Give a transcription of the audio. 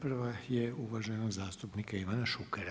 Prva je uvaženog zastupnika Ivana Šukera.